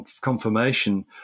confirmation